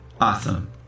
awesome